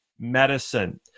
medicine